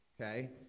okay